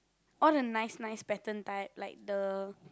all the nice nice pattern type like the